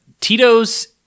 Tito's